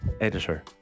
editor